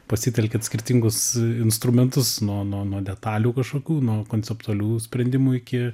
pasitelkiant skirtingus instrumentus nuo nuo nuo detalių kažkokių nuo konceptualių sprendimų iki